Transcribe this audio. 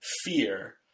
fear